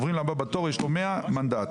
הבא בתור קיבל 100 ויש לו מנדט אחד.